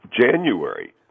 January